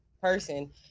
person